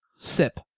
SIP